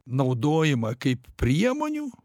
naudojimą kaip priemonių